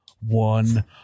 one